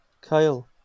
Kyle